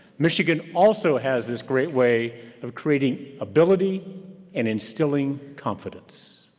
michigan also has this great way of creating ability and instilling confidence,